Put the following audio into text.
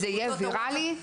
זה יהיה ויראלי.